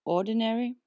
Ordinary